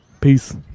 Peace